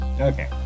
Okay